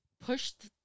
pushed